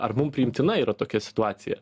ar mum priimtina yra tokia situacija